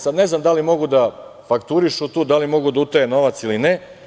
Sada, ne znam da li mogu da fakturišu tu, da li mogu da utaje novac ili ne.